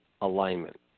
alignment